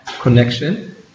connection